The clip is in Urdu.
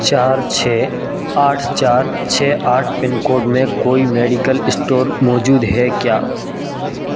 چار چھ آٹھ چار چھ آٹھ پن کوڈ میں کوئی میڈیکل اسٹور موجود ہے کیا